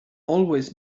always